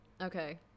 Okay